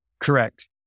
Correct